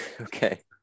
Okay